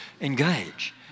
Engage